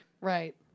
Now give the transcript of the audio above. Right